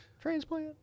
transplant